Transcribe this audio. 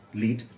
lead